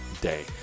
day